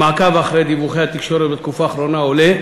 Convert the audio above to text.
ממעקב אחרי דיווחי התקשורת בתקופה האחרונה עולה